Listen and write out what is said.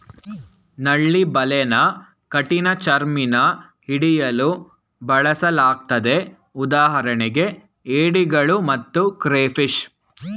ನಳ್ಳಿ ಬಲೆನ ಕಠಿಣಚರ್ಮಿನ ಹಿಡಿಯಲು ಬಳಸಲಾಗ್ತದೆ ಉದಾಹರಣೆಗೆ ಏಡಿಗಳು ಮತ್ತು ಕ್ರೇಫಿಷ್